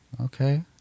okay